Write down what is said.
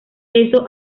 eso